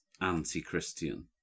anti-Christian